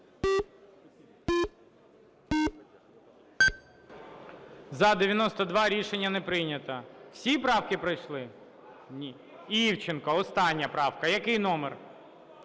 За-92 Рішення не прийнято. Всі правки пройшли? Ні. Івченко, остання правка. Який номер?